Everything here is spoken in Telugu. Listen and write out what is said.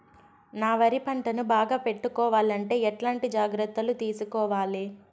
నా వరి పంటను బాగా పెట్టుకోవాలంటే ఎట్లాంటి జాగ్రత్త లు తీసుకోవాలి?